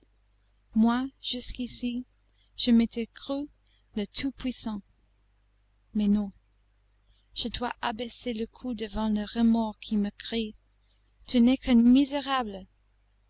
moi jusqu'ici je m'étais cru le tout-puissant mais non je dois abaisser le cou devant le remords qui me crie tu n'es qu'un misérable